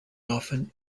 often